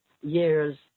years